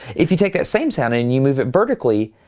if you take that same sound and you move it vertically,